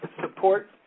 support